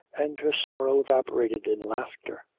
and her sorrow evaporated in laughter.